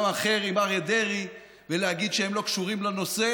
אחר עם אריה דרעי ולהגיד שהם לא קשורים לנושא.